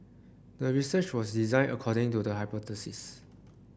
the research was designed according to the hypothesis